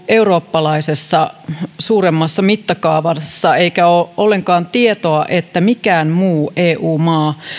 eurooppalaisessa mittakaavassa eikä ole ollenkaan tietoa että mikään muu eu maa